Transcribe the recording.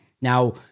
Now